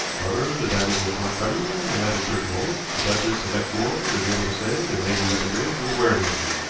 however, the diamonds were forthcoming, and at a certain moment the duchess of exmoor is able to say that lady leconbridge was wearing them.